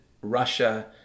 Russia